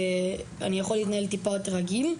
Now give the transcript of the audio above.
ואני יכול להתנהל טיפה יותר רגיל.